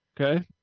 Okay